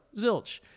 Zilch